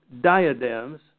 diadems